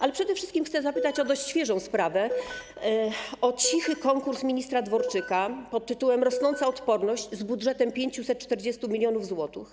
Ale przede wszystkim chcę zapytać o dość świeżą sprawę, o cichy konkurs ministra Dworczyka pt. „Rosnąca odporność” z budżetem 540 mln zł.